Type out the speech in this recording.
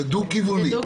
זה דו כיווני.